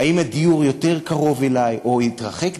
האם הדיור יותר קרוב אלי או יתרחק דווקא?